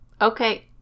Okay